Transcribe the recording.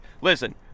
Listen